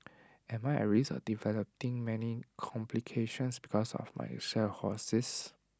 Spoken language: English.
am I at risk of developing many complications because of my cirrhosis